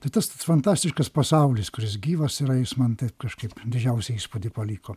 tai tas fantastiškas pasaulis kuris gyvas yra jis man taip kažkaip didžiausią įspūdį paliko